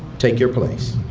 take your place.